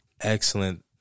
excellent